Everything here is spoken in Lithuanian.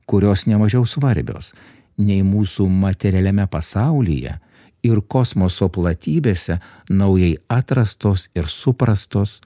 kurios nemažiau svarbios nei mūsų materialiame pasaulyje ir kosmoso platybėse naujai atrastos ir suprastos